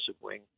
wing